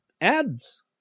ads